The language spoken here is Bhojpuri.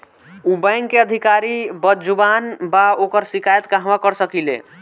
उ बैंक के अधिकारी बद्जुबान बा ओकर शिकायत कहवाँ कर सकी ले